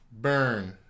Burn